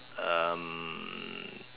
um